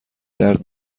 درد